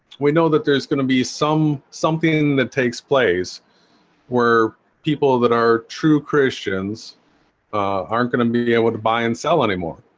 we know that there's gonna be some something that takes place where people that are true christians aren't gonna be able to buy and sell anymore.